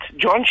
John